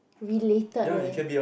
related leh